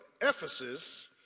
Ephesus